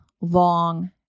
long